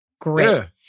Great